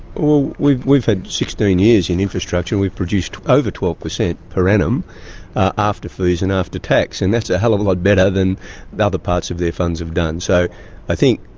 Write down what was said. well, we've we've had sixteen years in infrastructure and we've produced over twelve per cent per annum after fees and after tax, and that's a hell of a lot better than and other parts of their funds have done. so i think,